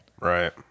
Right